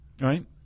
right